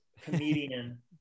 comedian